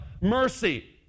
mercy